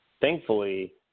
thankfully